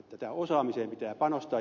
tähän osaamiseen pitää panostaa